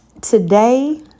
Today